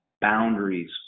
boundaries